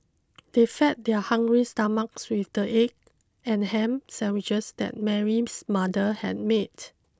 they fed their hungry stomachs with the egg and ham sandwiches that Mary's mother had made